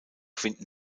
finden